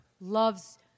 loves